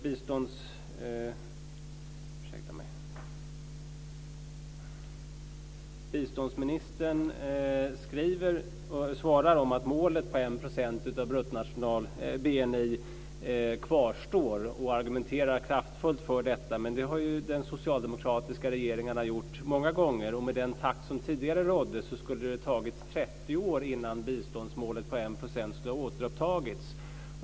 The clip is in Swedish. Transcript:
Biståndsministern svarar att målet på 1 % av BNI kvarstår och argumenterar kraftfullt för detta, men det har ju de socialdemokratiska regeringarna gjort många gånger. Med den takt som tidigare rådde skulle det ha tagit 30 år innan biståndsmålet på 1 % skulle ha återuppnåtts.